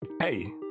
Hey